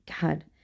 God